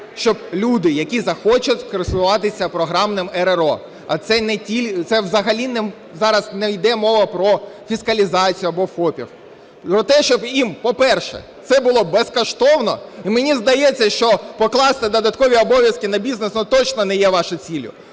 щоб люди, які захочуть користуватися програмним РРО, а це взагалі зараз не йде мова про фіскалізацію або ФОПи, про те, щоб їм, по-перше, це було безкоштовно. І мені здається, що покласти додаткові обов'язки на бізнес – точно не є вашою ціллю.